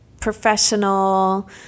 professional